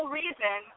reason